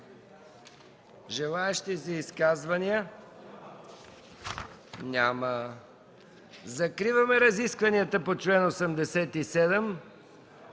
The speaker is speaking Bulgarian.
желаещи за изказвания? Няма. Закриваме разискванията по чл. 87.